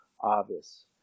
obvious